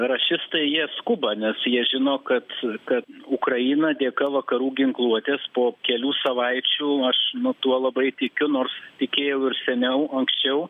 rašistai jie skuba nes jie žino kad su kad ukraina dėka vakarų ginkluotės po kelių savaičių aš nuo to labai tikiu nors tikėjau ir seniau anksčiau